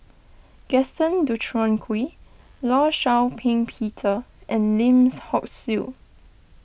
Gaston Dutronquoy Law Shau Ping Peter and Lim Hock Siew